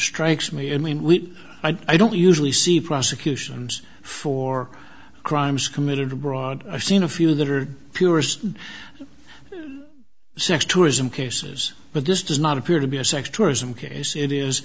strikes me and we i don't usually see prosecutions for crimes committed broad i've seen a few that are sex tourism cases but this does not appear to be a sex tourism case it is